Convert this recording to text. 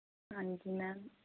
ਹਾਂਜੀ ਮੈਮ